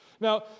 Now